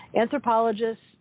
Anthropologists